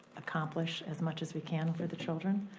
accomplish as much as we can for the children,